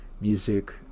music